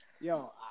yo